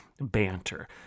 banter